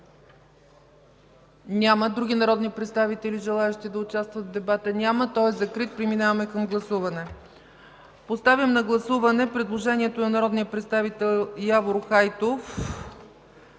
Няма. Други народни представители? Няма желаещи да участват в дебата. Той е закрит. Преминаваме към гласуване. Поставям на гласуване предложението на народния представител Светослав